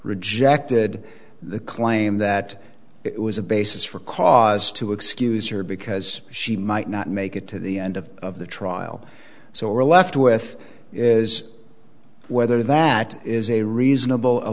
rejected the claim that it was a basis for cause to excuse her because she might not make it to the end of the trial so we're left with is whether that is a reasonable